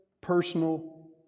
personal